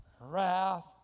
wrath